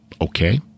okay